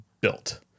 built